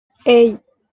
hey